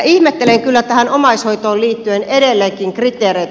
ihmettelen kyllä tähän omaishoitoon liittyen edelleenkin kriteereitä